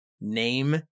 name